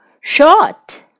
Short